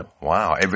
Wow